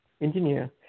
engineer